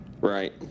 right